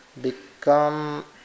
become